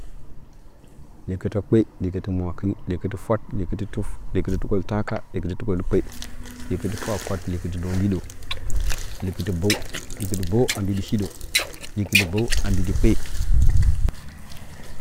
Lyeekətə kpe, likɨtɨ mwakɨn, likɨtɨ fwat likɨtɨ tuf, likɨtɨtukoltaka, likɨtɨ tukolu likɨtɨ fwafwatn likɨtɨ dombiɗə likɨkɨ bəw, likɨtɨ bəw a mbiɗi shidə, likɨtɨ bəw a mbiɗɨ kpe.